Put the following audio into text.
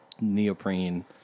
neoprene